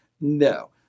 no